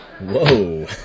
Whoa